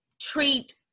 treat